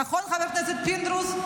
נכון, חבר הכנסת פינדרוס?